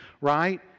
right